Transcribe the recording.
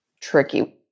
tricky